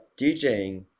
DJing